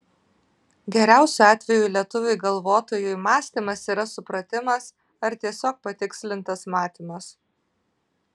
geriausiu atveju lietuviui galvotojui mąstymas yra supratimas ar tiesiog patikslintas matymas